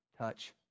touch